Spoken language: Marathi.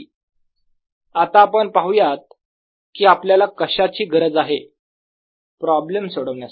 Dr0EP01eErK0EϵE आता आपण पाहूयात की आपल्याला कशाची गरज आहे प्रॉब्लेम सोडवण्यासाठी